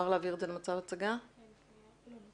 אז צריך קודם כל להבין בכלל עם מה אנחנו מתמודדים ומה יש פה.